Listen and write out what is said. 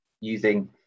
using